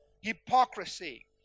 hypocrisy